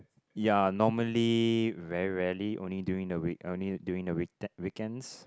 ya normally very rarely only during the week only during the weekends